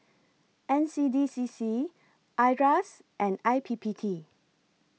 N C D C C IRAS and I P P T